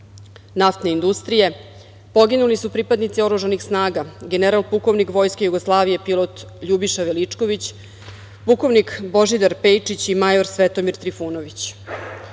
naftne industrije, poginuli su pripadnici oružanih snaga: general pukovnik Vojske Jugoslavije, pilot Ljubiša Veličković, pukovnik Božidar Pejčić i major Svetomir Trifunović. Takođe,